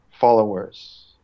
followers